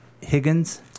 Higgins